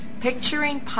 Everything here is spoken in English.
Picturing